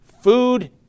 food